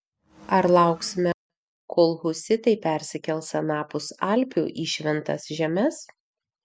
ar lauksime kol husitai persikels anapus alpių į šventas žemes